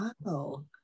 wow